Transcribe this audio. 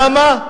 למה?